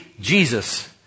Jesus